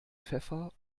pfeffer